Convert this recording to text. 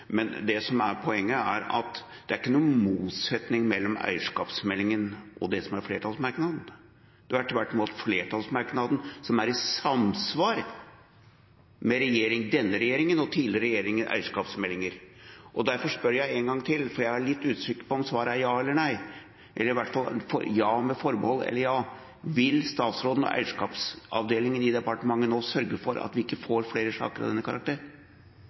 poenget er at det ikke er noen motsetning mellom eierskapsmeldinga og flertallsmerknaden. Det er, tvert imot, flertallsmerknaden som er i samsvar med denne regjeringas og tidligere regjeringers eierskapsmeldinger. Derfor spør jeg en gang til, for jeg er litt usikker på om svaret er ja eller nei, om det er et ja med forbehold eller et ja: Vil statsråden og eierskapsavdelinga i departementet nå sørge for at vi ikke får flere saker av denne karakter,